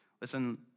Listen